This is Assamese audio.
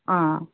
অ